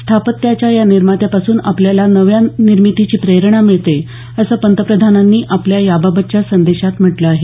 स्थापत्याच्या या निर्मात्यापासून आपल्याला नव्या निर्मितीची प्रेरणा मिळते असं पंतप्रधानांनी आपल्या याबाबतच्या संदेशात म्हटलं आहे